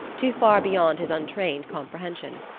too far beyond his untrained comprehension.